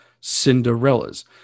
Cinderella's